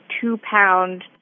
two-pound